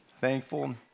thankful